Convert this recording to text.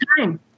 time